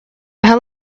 how